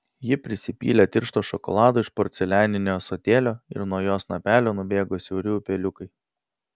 ji prisipylė tiršto šokolado iš porcelianinio ąsotėlio ir nuo jo snapelio nubėgo siauri upeliukai